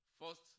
first